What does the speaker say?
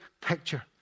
picture